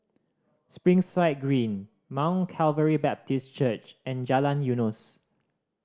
Springside Green Mount Calvary Baptist Church and Jalan Eunos